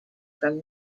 from